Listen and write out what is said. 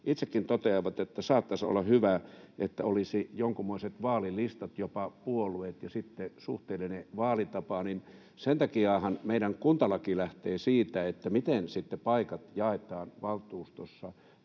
itsekin toteavat, että saattaisi olla hyvä, että olisi jonkunmoiset vaalilistat, jopa puolueet, ja sitten suhteellinen vaalitapa. Sen takiahan meidän kuntalaki lähtee siitä, miten paikat jaetaan valtuustossa